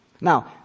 Now